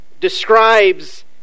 describes